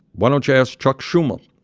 why don't you ask chuck schumer,